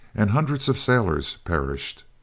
and hundreds of sailors perished.